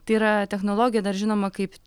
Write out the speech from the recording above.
tai yra technologija dar žinomą kaip